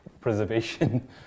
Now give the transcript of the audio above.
preservation